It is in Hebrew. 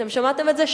אתם שמעתם את זה?